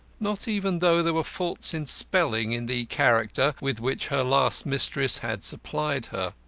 not even though there were faults in spelling in the character with which her last mistress had supplied her.